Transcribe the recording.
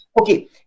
okay